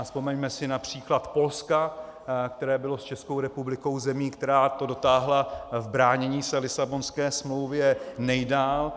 Vzpomeňme si na příklad Polska, které bylo s Českou republikou zemí, která to dotáhla v bránění se Lisabonské smlouvě nejdál.